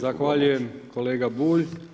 Zahvaljujem kolega Bulj.